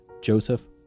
Joseph